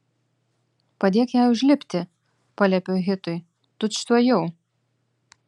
padėk jai užlipti paliepiau hitui tučtuojau